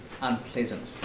unpleasant